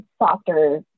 softer